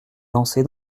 lancer